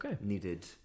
needed